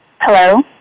Hello